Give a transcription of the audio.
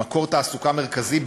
הוא מקור תעסוקה מרכזי,